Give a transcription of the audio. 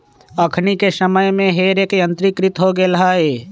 अखनि के समय में हे रेक यंत्रीकृत हो गेल हइ